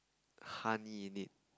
honey it did